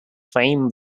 fame